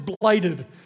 blighted